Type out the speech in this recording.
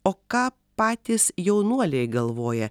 o ką patys jaunuoliai galvoja